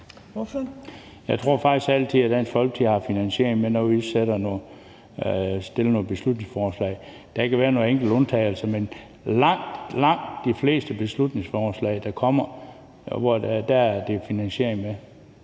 Jeg tror faktisk altid, at Dansk Folkeparti har haft finansieringen med, når vi fremsætter beslutningsforslag. Der kan være nogle enkelte undtagelser, men langt, langt de fleste beslutningsforslag, der kommer fra os, er der finansiering med